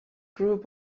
group